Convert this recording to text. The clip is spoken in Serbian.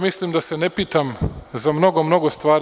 Mislim da se ne pitam za mnogo, mnogo stvari.